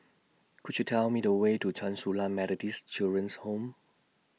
Could YOU Tell Me The Way to Chen Su Lan Methodist Children's Home